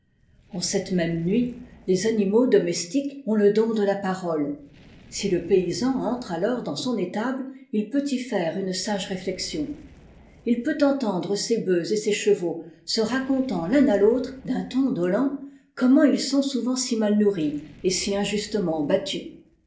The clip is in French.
en cette même nuit les animaux domestiquer ont le don de la parole si le paysan entre alor dans son étable il peut y faire une sage réflexion il peut entendre ses bœufs et ses chevaux se racontant l'un à l'autre d'un ton dolent comment ils sont souvent si mal nourris et si injustement battus